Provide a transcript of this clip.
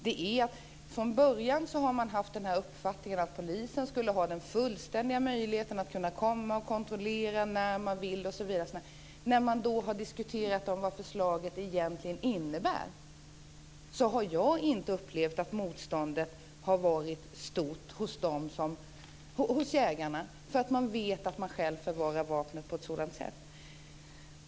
Vad jag då har mött är att man från början haft uppfattningen att polisen skulle ha fullständig möjlighet att komma och kontrollera när man ville osv. När vi då har diskuterat vad förslaget egentligen innebär har jag inte upplevt att motståndet har varit stort hos jägarna, då man vet att man själv förvarar vapnet på rätt sätt.